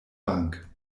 bank